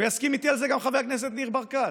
ויסכים איתי על זה גם חבר כנסת ניר ברקת,